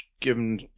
given